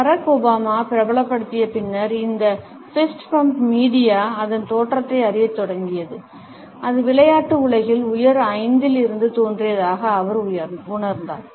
பராக் Obama பிரபலப்படுத்திய பின்னர் இந்த ஃபிஸ்ட் பம்ப் மீடியா அதன் தோற்றத்தை அறியத் தொடங்கியது அது விளையாட்டு உலகின் உயர் ஐந்தில் இருந்து தோன்றியதாக அவர் உணர்ந்தார்